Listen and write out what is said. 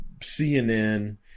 CNN